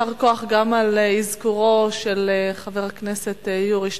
יישר כוח גם על אזכורו של חבר הכנסת יורי שטרן,